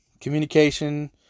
communication